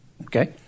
Okay